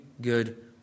good